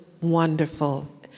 wonderful